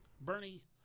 Bernie